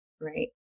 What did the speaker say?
Right